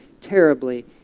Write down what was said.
terribly